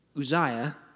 Uzziah